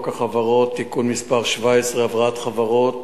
החברות (תיקון מס' 17) (הבראת חברות),